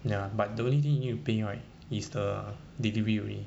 ya but the only thing you need to pay right is the delivery only